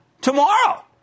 tomorrow